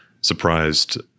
surprised